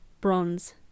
bronze